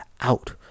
out